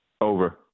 Over